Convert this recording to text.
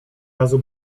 razu